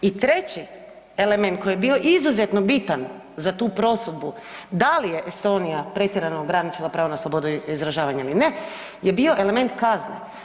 I treći element koji je bio izuzetno bitan za tu prosudbu da li je Estonija pretjerano ograničila pravo na slobodu izražavanja ili ne je bio element kazne.